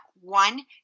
one